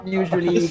usually